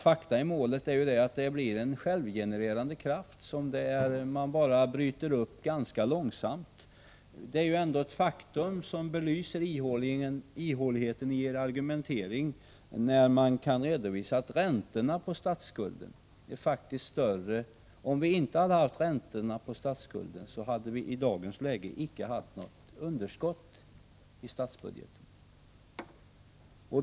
Fakta i målet är att det blir en självgenererande kraft som det går att bryta endast ganska långsamt. Ett faktum som belyser ihåligheten i er argumentering är att man kan redovisa att om vi inte hade haft räntorna på statsskulden, så hade vi i dagens läge icke haft något underskott i statsbudgeten.